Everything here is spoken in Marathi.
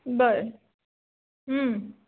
बरं